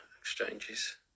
exchanges